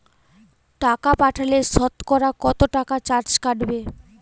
টাকা পাঠালে সতকরা কত টাকা চার্জ কাটবে?